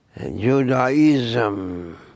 Judaism